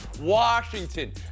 Washington